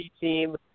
team